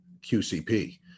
QCP